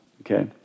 okay